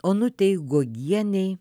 onutei guogienei